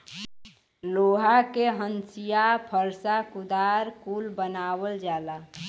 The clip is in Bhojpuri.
लोहा के हंसिआ फर्सा कुदार कुल बनावल जाला